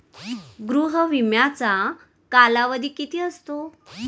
गृह विम्याचा कालावधी किती असतो?